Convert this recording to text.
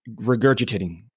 regurgitating